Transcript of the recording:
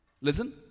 Listen